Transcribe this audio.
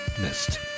missed